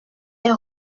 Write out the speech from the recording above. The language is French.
est